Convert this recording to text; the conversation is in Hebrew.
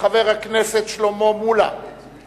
חבר הכנסת וקנין יחליף אותי,